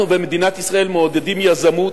אנחנו במדינת ישראל מעודדים יזמות,